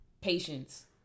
Patience